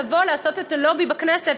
לבוא ולעשות את הלובי בכנסת,